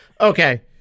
Okay